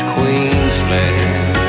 Queensland